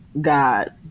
God